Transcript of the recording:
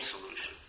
solution